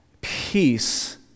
peace